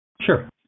Sure